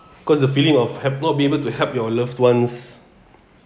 cause the feeling of have not be able to help your loved ones